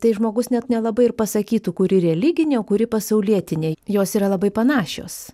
tai žmogus net nelabai ir pasakytų kuri religinė o kuri pasaulietiniai jos yra labai panašios